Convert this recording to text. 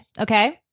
okay